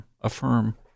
affirm